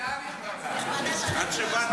הייתה נכבדה עד שבאתם.